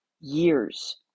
years